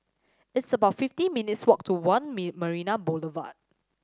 it's about fifty minutes' walk to One Marina Boulevard